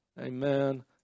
Amen